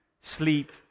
sleep